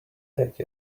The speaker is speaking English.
take